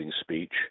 speech